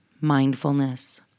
mindfulness